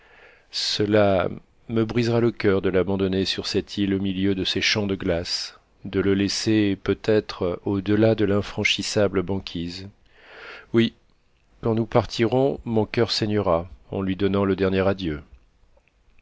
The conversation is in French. cela me brisera le coeur de l'abandonner sur cette île au milieu de ces champs de glace de le laisser peutêtre au-delà de l'infranchissable banquise oui quand nous partirons mon coeur saignera en lui donnant le dernier adieu